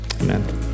amen